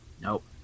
nope